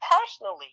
personally